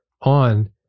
on